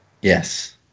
Yes